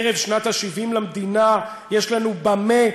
ערב שנת ה-70 למדינה: יש לנו בְמה,